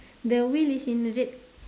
the wheel is in red